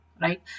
right